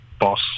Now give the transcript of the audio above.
boss